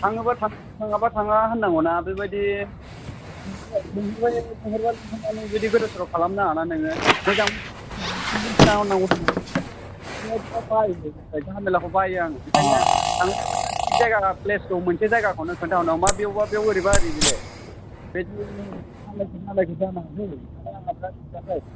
थाङोब्ला थाङो थाङाब्ला थाङा होननांगौ ना बेबायदि लिंहरब्ला लिंहरनानै बिदि गोदाव सोराव खालाम नाङाना नोङो मोजाङै खिन्थाहरनांगौ नों बुजिबाय आं बिराद बायोलै मिन्थिबाय झामेलाखौ बायो आङो ओंखायनो थिख जायगा प्लेसखौ मोनसे जायगाखौनो खिन्थाहरनांगौ मा बेवबा बेव अरैबै ओरै बेलाय बिदो जानाङा